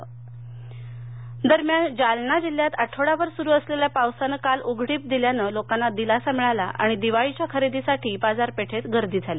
उघडीप जालना दरम्यान जालना जिल्ह्यात आठवडाभर सुरू असलेल्यापावसानं काल उघडीप दिल्यानं लोकांना दिलासा मिळाला आणि दिवाळीच्या खरेदीसाठी बाजारपेठेत गर्दी झाली